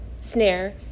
snare